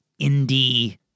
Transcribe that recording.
indie